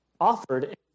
offered